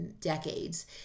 decades